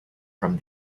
from